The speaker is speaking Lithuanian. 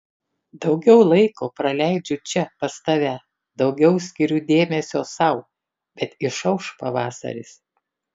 daugiau laiko praleidžiu čia pas tave daugiau skiriu dėmesio sau bet išauš pavasaris